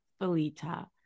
Felita